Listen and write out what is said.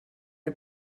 dem